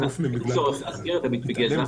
אין צורך להזכיר את הביטוי גזע.